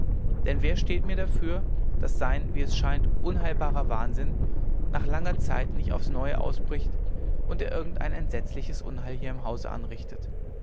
denn wer steht mir dafür daß sein wie es scheint unheilbarer wahnsinn nach langer zeit nicht aufs neue ausbricht und er irgendein entsetzliches unheil hier im hause anrichtet